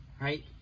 right